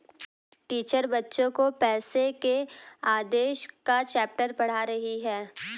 teacher बच्चो को पैसे के आदेश का चैप्टर पढ़ा रही हैं